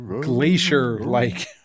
glacier-like